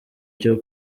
cyo